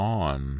on